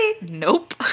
Nope